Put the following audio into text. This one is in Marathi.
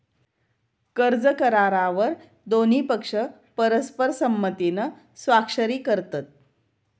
कर्ज करारावर दोन्ही पक्ष परस्पर संमतीन स्वाक्षरी करतत